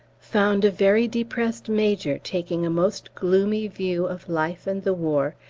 found a very depressed major taking a most gloomy view of life and the war,